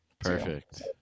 Perfect